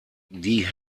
die